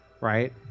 right